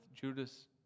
Judas